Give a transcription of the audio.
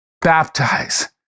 baptize